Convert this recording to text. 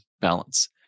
balance